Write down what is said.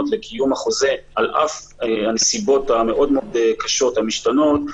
לקיום החוזה על אף הנסיבות המאוד מאוד קשות המשתנות,